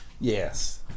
Yes